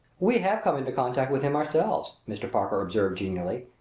we have come into contact with him ourselves, mr. parker observed genially.